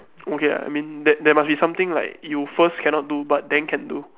okay ah I mean there there must be something like you first cannot do but then can do